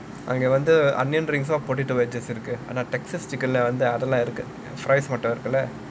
அங்க வந்து:anga vanthu onion rings or potato wedges இருக்கு:irukku Texas Chicken அதெல்லாம் இருக்கு:athellaam irukku fries மட்டும் இருக்கல்ல:mattum irukulla